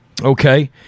okay